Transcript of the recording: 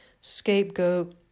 scapegoat